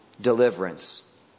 deliverance